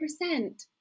percent